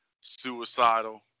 suicidal